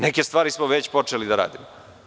Neke stvari smo već počeli da radimo.